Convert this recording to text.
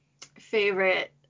favorite